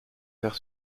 faire